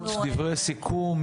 דברי סיכום,